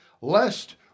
lest